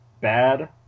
Bad